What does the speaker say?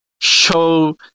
show